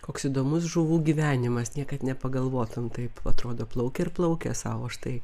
koks įdomus žuvų gyvenimas niekad nepagalvotum taip atrodo plaukia ir plaukia sau štai